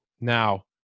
Now